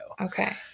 okay